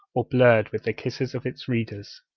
or blurred with the kisses of its readers.